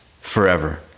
forever